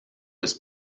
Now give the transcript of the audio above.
was